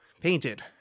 painted